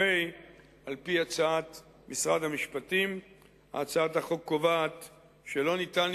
הרי שעל-פי הצעת משרד המשפטים הצעת החוק קובעת שלא ניתן